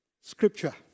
Scripture